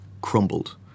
crumbled